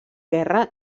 guerra